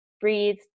breathe